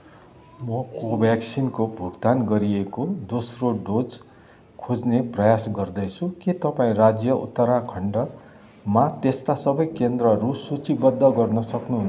म कोभ्याकसीनको भुगतान गरिएको दोस्रो डोज खोज्ने प्रयास गर्दैछु के तपाईँ राज्य उत्तराखण्डमा त्यस्ता सबै केन्द्रहरू सूचिबद्ध गर्न सक्नुहुन्छ